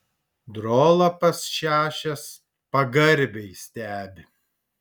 drolapas šiąsias pagarbiai stebi